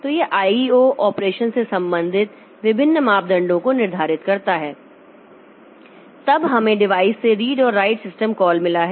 तो यह IO operation से संबंधित विभिन्न मापदंडों को निर्धारित करता है तब हमें डिवाइस से रीड और राइट सिस्टम कॉल मिला है